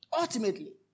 Ultimately